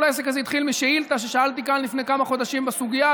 כל העסק הזה התחיל משאילתה ששאלתי כאן לפני כמה חודשים בסוגיה,